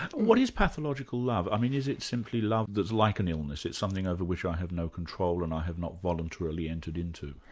what is pathological love? i mean, is it simply love that's like an illness it's something over which i have no control and i have not voluntarily entered into?